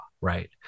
right